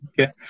Okay